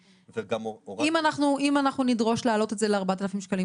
אם אנחנו נדרוש להעלות את זה ל-4,000 שקלים